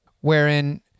wherein